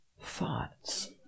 thoughts